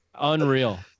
Unreal